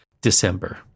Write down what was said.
December